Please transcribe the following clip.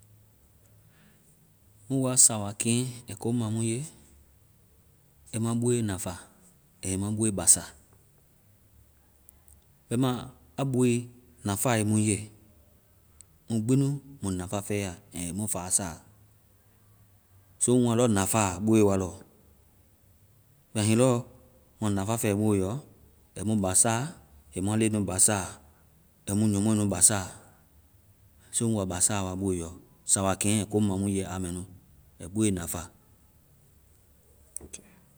Ŋ wa sawa keŋ ai komu ma mu ye, ai mua boe basa, ai mua boe nafa. Bɛma a boe nafae mu ye, mu bi nu mui nafa fɛya, ai mu fasaa. So ŋ wa lɔ nafaa boe wa lɔ. Bɛma hiŋi lɔ mua nafa fɛ noe lɔ, ai mu basa, ai mua leŋnu basa, ai mu nyɔmoɛnu basa. So ŋ wa basa wa boe yɔ. Sawa keŋ ai komu ma mu ye, a mɛ nu. Ai boe nafa.